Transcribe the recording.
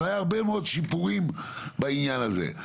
היו הרבה מאוד שיפורים בעניין הזה.